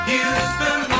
Houston